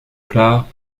clare